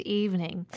evening